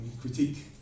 critique